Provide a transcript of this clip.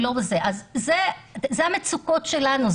אז אלה המצוקות שלנו.